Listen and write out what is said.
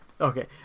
Okay